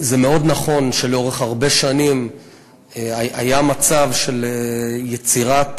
זה מאוד נכון שלאורך הרבה שנים היה מצב של יצירת